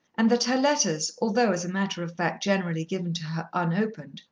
and that her letters, although, as a matter of fact, generally given to her unopened,